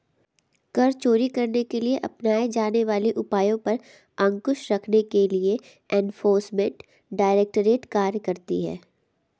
कर चोरी करने के लिए अपनाए जाने वाले उपायों पर अंकुश रखने के लिए एनफोर्समेंट डायरेक्टरेट कार्य करती है